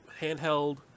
handheld